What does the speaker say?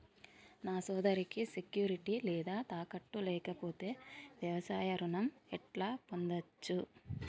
నా సోదరికి సెక్యూరిటీ లేదా తాకట్టు లేకపోతే వ్యవసాయ రుణం ఎట్లా పొందచ్చు?